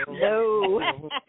No